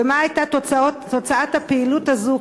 ומה הייתה תוצאת הפעילות הזאת?